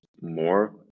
more